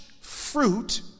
fruit